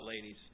ladies